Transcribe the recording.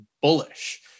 bullish